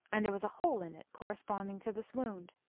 and there was a hole in it corresponding to this wound.